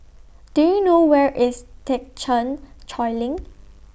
Do YOU know Where IS Thekchen Choling